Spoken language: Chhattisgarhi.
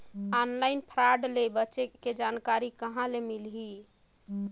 ऑनलाइन फ्राड ले बचे के जानकारी कहां ले मिलही?